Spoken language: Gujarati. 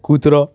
કૂતરો